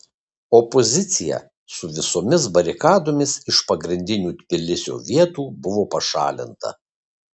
opozicija su visomis barikadomis iš pagrindinių tbilisio vietų buvo pašalinta